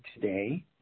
today